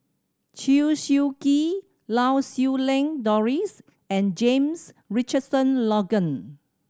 Chew Swee Kee Lau Siew Lang Doris and James Richardson Logan